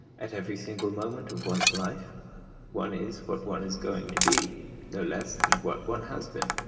at every single moment of one's life one is what one is going to be no less than what one has been.